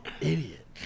idiot